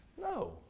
No